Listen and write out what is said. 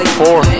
four